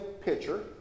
pitcher